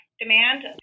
demand